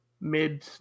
mid